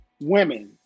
women